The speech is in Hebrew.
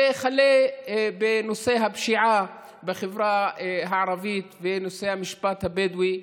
וכלה בנושא הפשיעה בחברה הערבית ונושא המשפט הבדואי,